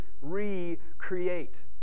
recreate